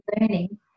learning